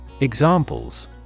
Examples